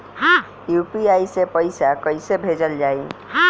UPI से पैसा कइसे भेजल जाई?